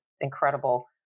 incredible